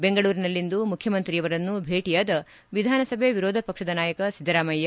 ಬೆಂಗಳೂರಿನಲ್ಲಿಂದು ಮುಖ್ಯಮಂತ್ರಿಯವರನ್ನು ಭೇಟಿಯಾದ ವಿಧಾನಸಭೆ ವಿರೋಧ ಪಕ್ಷದ ನಾಯಕ ಸಿದ್ದರಾಮಯ್ಯ